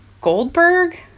Goldberg